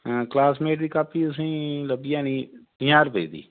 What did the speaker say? classmate दी copy तुसें लब्भी जानी प'ञां रपेऽ दी